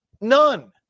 None